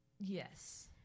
Yes